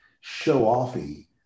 show-offy